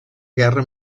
guerra